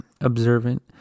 observant